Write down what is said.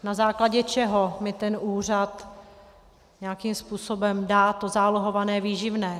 Na základě čeho mi ten úřad nějakým způsobem dá to zálohované výživné?